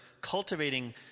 cultivating